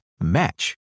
match